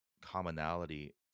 commonality